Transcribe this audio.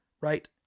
right